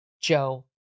Joe